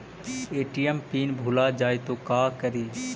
ATM pin भुला जाए तो का करी?